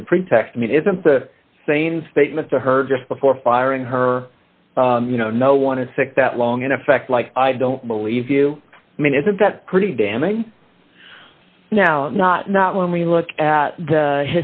of pretext i mean isn't the same statement to her just before firing her you know no one is sick that long in effect like i don't believe you mean isn't that pretty damning now not not when we look at the